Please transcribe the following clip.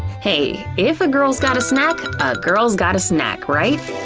hey, if a girl's gotta snack, a girl's gotta snack, right?